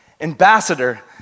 ambassador